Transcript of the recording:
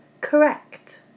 Correct